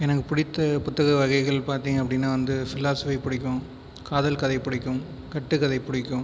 எனக்கு பிடித்த புத்தக வகைகள் பாத்தீங்க அப்படின்னா வந்து ஃபிலாசிபி பிடிக்கும் காதல் கதை பிடிக்கும் கட்டு கதை பிடிக்கும்